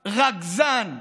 רגזן,